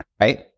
right